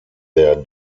der